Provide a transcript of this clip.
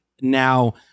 now